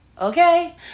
Okay